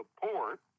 support